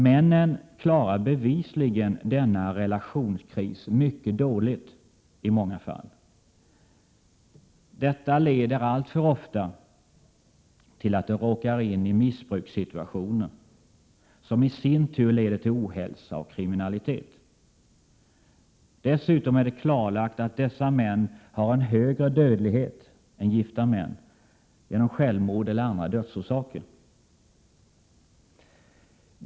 Männen klarar bevisligen denna relationskris mycket dåligt i många fall. Detta leder alltför ofta till att de råkar in i missbrukssituationer, som i sin tur leder till ohälsa och kriminalitet. Dessutom är det klarlagt att dessa män har en högre dödlighet än gifta män genom självmord eller andra dödsorsaker.